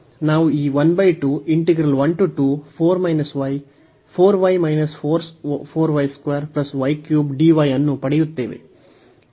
ನಾವು ಈ ಅನ್ನು ಪಡೆಯುತ್ತೇವೆ